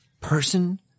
person